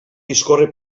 discorre